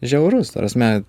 žiaurus ta prasme